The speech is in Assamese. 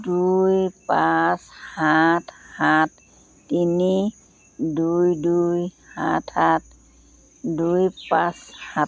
দুই পাঁচ সাত সাত তিনি দুই দুই সাত সাত দুই পাঁচ সাত